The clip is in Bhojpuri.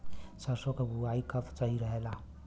सरसों क बुवाई कब सही रहेला?